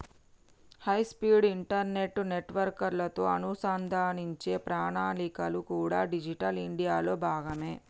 high speed internet నెట్వర్క్లతో అనుసంధానించే ప్రణాళికలు కూడా డిజిటల్ ఇండియాలో భాగమే